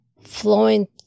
flowing